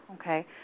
Okay